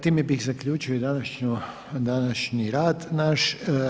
Time bih zaključio današnji rad naš.